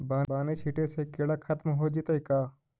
बानि छिटे से किड़ा खत्म हो जितै का?